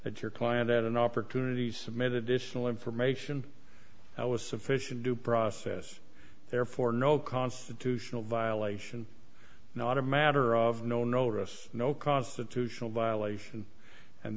that your client had an opportunity submitted to tional information that was sufficient to process therefore no constitutional violation not a matter of no notice no constitutional violation and